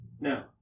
No